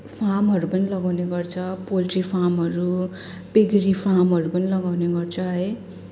फार्महरू पनि लगाउने गर्छ पल्ट्री फार्महरू पिगरी फार्महरू पनि लगाउने गर्छ है